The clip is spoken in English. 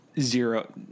Zero